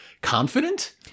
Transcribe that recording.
confident